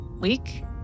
week